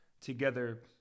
together